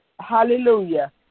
Hallelujah